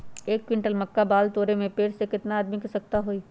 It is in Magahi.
एक क्विंटल मक्का बाल तोरे में पेड़ से केतना आदमी के आवश्कता होई?